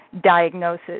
diagnosis